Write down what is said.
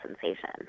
sensation